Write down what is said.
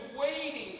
waiting